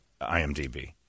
IMDb